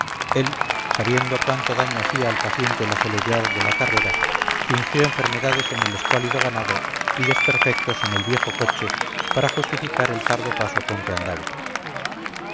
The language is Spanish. él sabiendo cuánto daño hacía al paciente la celeridad de la carrera fingió enfermedades en el escuálido ganado y desperfectos en el viejo coche para justificar el tardo paso con que andaba